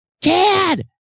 Dad